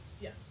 Yes